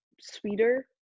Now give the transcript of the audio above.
sweeter